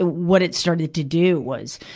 ah what it started to do was,